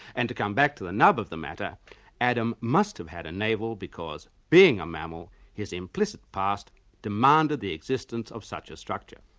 and to come back to the nub of the matter adam must have had a naval because being a mammal his implicit past demanded the existence of such a structure.